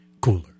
cooler